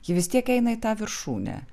ji vis tiek eina į tą viršūnę